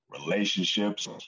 Relationships